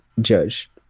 judge